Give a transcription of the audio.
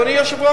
אדוני היושב-ראש,